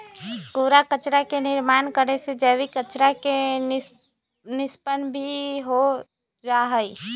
कूड़ा कचरा के निर्माण करे से जैविक कचरा के निष्पन्न भी हो जाहई